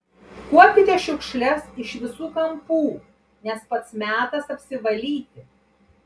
kuopkite šiukšles iš visų kampų nes pats metas apsivalyti